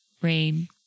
rain